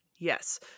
Yes